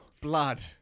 Blood